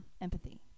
empathy